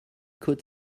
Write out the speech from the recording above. could